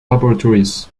laboratories